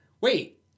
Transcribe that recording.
Wait